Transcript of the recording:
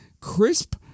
crisp